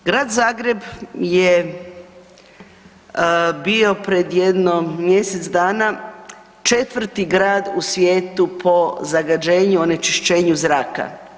Grad Zagreb je bio pred jedno mjesec dana četvrti grad u svijetu po zagađenju, onečišćenju zraka.